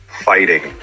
fighting